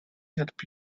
help